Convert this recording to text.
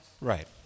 Right